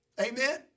Amen